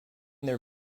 their